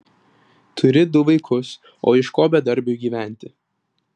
turi du vaikus o iš ko bedarbiui gyventi